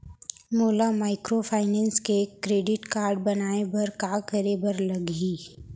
मोला माइक्रोफाइनेंस के credit card बनवाए बर का करे बर लागही?